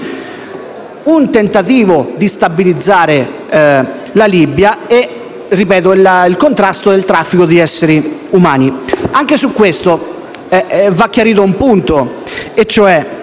un tentativo di stabilizzare la Libia e, ripeto, il contrasto al traffico di esseri umani. Anche su questo va chiarito un punto.